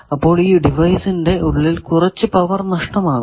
അപ്പോൾ ഈ ഡിവൈസിന്റെ ഉള്ളിൽ കുറച്ചു പവർ നഷ്ടമാകും